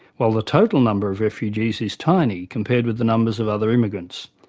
while the total number of refugees is tiny compared with the numbers of other immigrants.